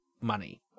money